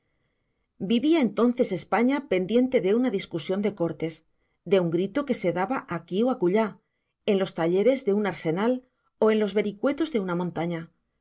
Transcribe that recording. vivía entonces españa pendiente de una discusión de cortes de un grito que se daba aquí o acullá en los talleres de un arsenal o en los vericuetos de una montaña